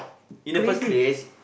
in the first place